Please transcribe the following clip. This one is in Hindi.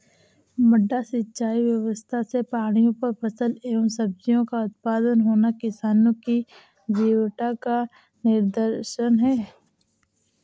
मड्डा सिंचाई व्यवस्था से पहाड़ियों पर फल एवं सब्जियों का उत्पादन होना किसानों की जीवटता का निदर्शन है